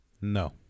No